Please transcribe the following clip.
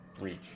Reach